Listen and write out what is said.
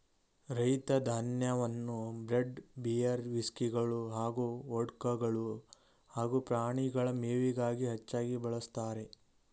ರೈ ಧಾನ್ಯವನ್ನು bread beer ವಿಸ್ಕಿಗಳು ಹಾಗೂ ವೊಡ್ಕಗಳು ಹಾಗೂ ಪ್ರಾಣಿಗಳ ಮೇವಿಗಾಗಿ ಹೆಚ್ಚಾಗಿ ಬಳಸ್ತಾರೆ